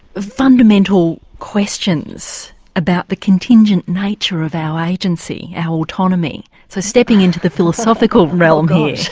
fundamental questions about the contingent nature of our agency, our autonomy? so stepping into the philosophical realm here. oh gosh!